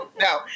no